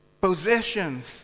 possessions